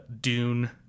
Dune